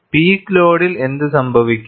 peak ലോഡിൽ എന്ത് സംഭവിക്കും